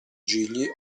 gigli